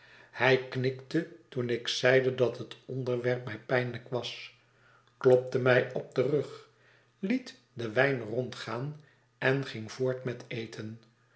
hij knikte toen ik zeide dat het onderwerp mij pijnlijk was klopte mg op den rug liet den wijn rondgaan en ging voort met eten